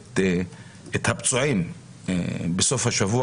את הפצועים בסוף השבוע.